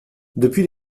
depuis